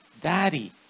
Daddy